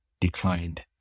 declined